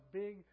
big